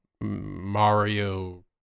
Mario